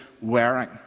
Wearing